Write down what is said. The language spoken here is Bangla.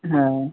হ্যাঁ